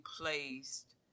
placed